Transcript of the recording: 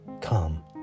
come